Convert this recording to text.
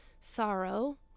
sorrow